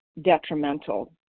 detrimental